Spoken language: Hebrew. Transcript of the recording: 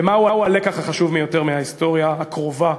מה הוא הלקח החשוב ביותר מן ההיסטוריה הקרובה?